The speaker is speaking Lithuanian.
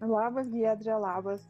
labas giedre labas